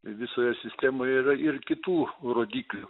visoje sistemoje yra ir kitų rodiklių